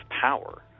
power